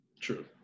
True